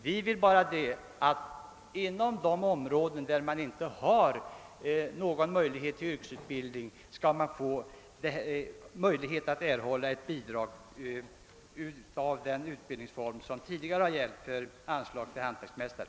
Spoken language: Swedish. Vi önskar bara att man inom de områden där det inte finns möjlighet till yrkesutbildning skall kunna erhålla sådant bidrag som tidigare utgått till lärlingsutbildning hos hantverksmästare.